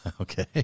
Okay